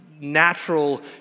natural